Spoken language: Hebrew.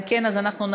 אם כן, אנחנו נצביע